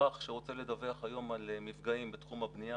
אזרח שרוצה לדווח היום על מפגעים בתחום הבנייה,